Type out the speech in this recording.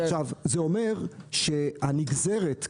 כלומר הנגזרת שנוסחה,